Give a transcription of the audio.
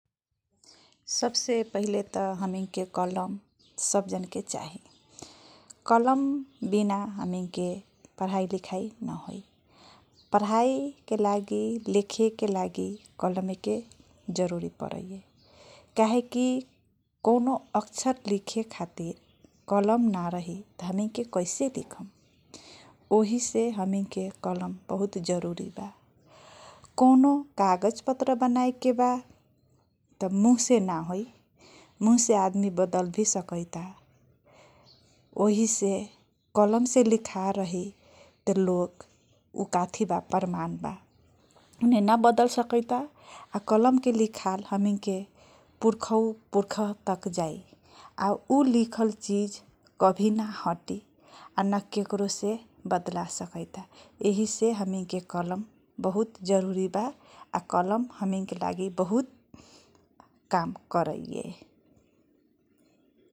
सब से पहिले त कलम हमैके सब जाना के चाही कमल बीन हमीके पढ़ाई लिखाई नहोई । पढ़ाई के लागि लिखाईके के लगी कमाल के जरूरी परियाई खेके के कॉनो अक्सर लेखके त हमीके के कैसे लिखं । ओहाइसे हमीके कमल बारी जरूरी बा कॉनो काज पटर बाँयके बा त मुह से नहोई मुह से आदमी बदल वी सकाइट ब । ओहिसए कलम से लिखेल राहली त खू न बदल सकी यातना भर मे आ कमाल के लिखयाल हमैके के पुरखौ तब जी आ उ लिखला चीज । काबों न हाती क हु वी बड़ेल न सकाइट बा ही से हमीके के कमल बारी जरि ब आ कमल बारी काम करैया ।